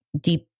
deep